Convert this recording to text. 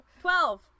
Twelve